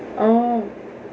oh